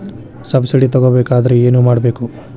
Subsidy ತಗೊಬೇಕಾದರೆ ಏನು ಮಾಡಬೇಕು?